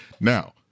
Now